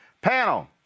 Panel